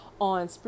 on